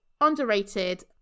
underrated